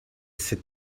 sit